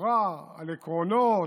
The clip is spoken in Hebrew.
ודיברה על עקרונות